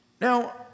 Now